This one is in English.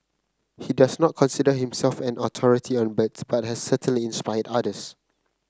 he does not consider himself an authority on birds but has certainly inspired others